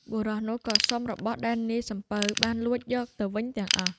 បុរសនោះក៏សុំរបស់ដែលនាយសំពៅបានលួចយកទៅវិញទាំងអស់។